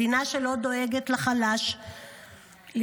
מדינה שאינה דואגת לחלש ולפגוע,